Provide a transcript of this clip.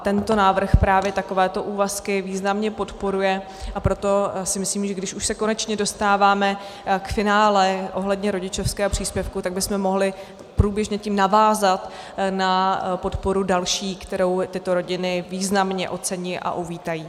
Tento návrh právě takovéto úvazky významně podporuje, a proto si myslím, že když už se konečně dostáváme k finále ohledně rodičovského příspěvku, tak bychom mohli průběžně tím navázat na další podporu, kterou tyto rodiny významně ocení a uvítají.